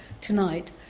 tonight